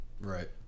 right